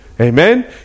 Amen